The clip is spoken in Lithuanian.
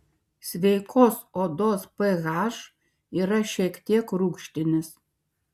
sveikos odos ph yra šiek tiek rūgštinis